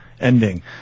ending